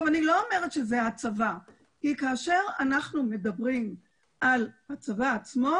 אני לא אומרת שזה הצבא כי כאשר אנחנו מדברים על הצבא עצמו,